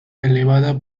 elevada